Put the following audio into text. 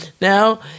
Now